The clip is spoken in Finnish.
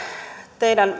teidän